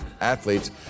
athletes